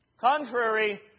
Contrary